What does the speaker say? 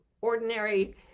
ordinary